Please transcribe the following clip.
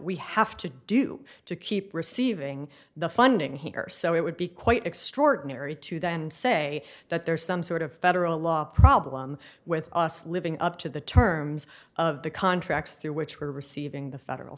we have to do to keep receiving the funding here so it would be quite extraordinary to then say that there is some sort of federal law problem with us living up to the terms of the contracts through which we are receiving the federal